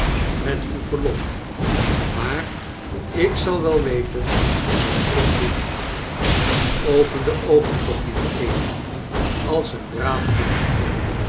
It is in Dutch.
met uw verlof maar ik zal wel weten wat ik doen moet open de oogen toch lieve amy als een braaf kind